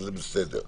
וזה בסדר.